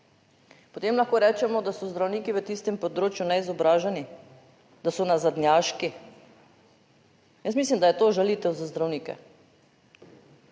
Potem lahko rečemo, da so zdravniki v tistem področju neizobraženi, da so nazadnjaški? Jaz mislim, da je to žalitev za zdravnike.